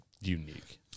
unique